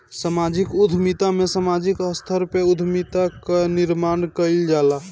समाजिक उद्यमिता में सामाजिक स्तर पअ उद्यमिता कअ निर्माण कईल जाला